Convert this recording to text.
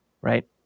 right